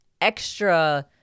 extra